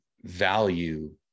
value